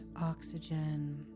oxygen